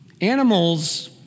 animals